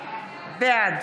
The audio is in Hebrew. בעד